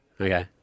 Okay